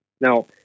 Now